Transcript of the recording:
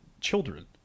children